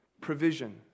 provision